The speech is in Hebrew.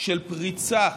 של פריצה